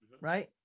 Right